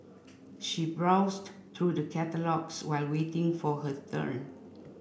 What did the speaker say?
she browsed through the catalogues while waiting for her turn